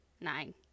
nine